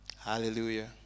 Hallelujah